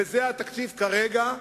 וזה התקציב כרגע,